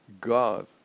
God